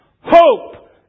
hope